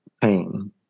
Pain